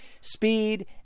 speed